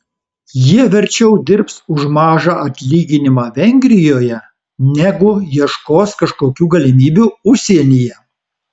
jie verčiau dirbs už mažą atlyginimą vengrijoje negu ieškos kažkokių galimybių užsienyje